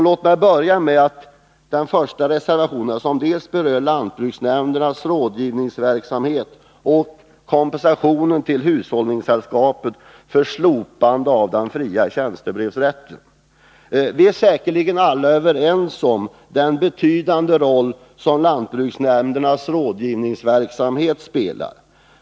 Låt mig börja med den första reservationen, som berör dels lantbruksnämndernas rådgivningsverksamhet, dels kompensation till hushållningssällskapen för slopandet av den fria tjänstebrevsrätten. Vi är säkerligen alla överens om den betydande roll som lantbruksnämndernas rådgivningsverksamhet spelar.